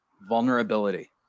Vulnerability